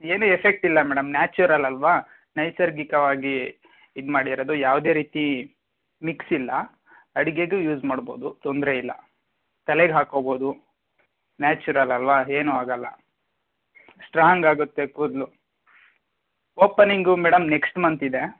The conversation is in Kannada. ಏನೂ ಎಫೆಕ್ಟಿಲ್ಲ ಮೇಡಮ್ ನ್ಯಾಚುರಲ್ ಅಲ್ಲವಾ ನೈಸರ್ಗಿಕವಾಗಿ ಇದು ಮಾಡಿರೋದು ಯಾವುದೇ ರೀತಿ ಮಿಕ್ಸ್ ಇಲ್ಲ ಅಡಿಗೆಗೂ ಯೂಸ್ ಮಾಡ್ಬೋದು ತೊಂದರೆ ಇಲ್ಲ ತಲೆಗೆ ಹಾಕ್ಕೋಬೋದು ನ್ಯಾಚುರಲ್ ಅಲ್ಲವಾ ಏನೂ ಆಗೋಲ್ಲ ಸ್ಟ್ರಾಂಗ್ ಆಗುತ್ತೆ ಕೂದಲು ಓಪನಿಂಗು ಮೇಡಮ್ ನೆಕ್ಸ್ಟ್ ಮಂತ್ ಇದೆ